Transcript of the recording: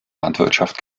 landwirtschaft